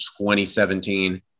2017